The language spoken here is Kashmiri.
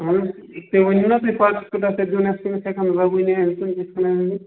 اہن حظ تُہۍ ؤنِو نا تُہۍ زَبٲنی ہیٚیِو کِنہِ یِتھ کَنۍ